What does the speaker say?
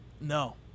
No